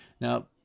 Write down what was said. Now